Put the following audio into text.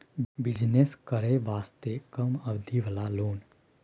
Business करे वास्ते कम अवधि वाला लोन?